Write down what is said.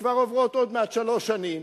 כבר עוברות עוד מעט שלוש שנים,